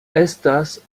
estas